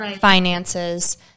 finances